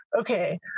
okay